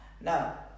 Now